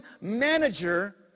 manager